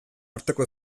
arteko